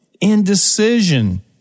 indecision